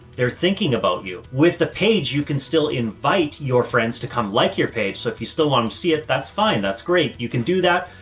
they're thinking about you with the page. you can still invite your friends to come like your page. so if you still want to see it, that's fine. that's great. you can do that.